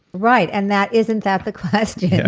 right, and that. isn't that the question? yeah.